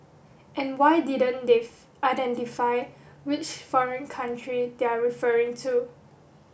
and why didn't they identify which foreign country they're referring to